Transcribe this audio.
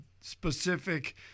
specific